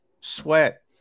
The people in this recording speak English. Sweat